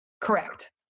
Correct